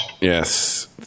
Yes